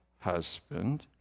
husband